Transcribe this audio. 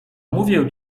mówię